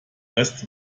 rest